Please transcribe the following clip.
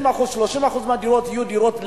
20% 30% מהדירות יהיו דירות לעולים.